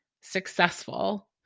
successful